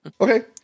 Okay